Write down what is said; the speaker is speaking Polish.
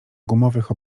gumowych